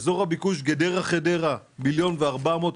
אזור הביקוש גדרה-חדרה 1.4 מיליון,